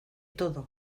todo